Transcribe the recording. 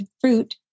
fruit